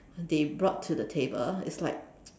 they brought to the table it's like